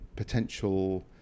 Potential